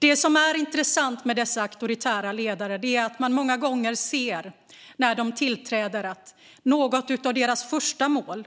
Det som är intressant med dessa auktoritära ledare är att några av deras första mål när de tillträder ofta är att